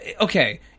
Okay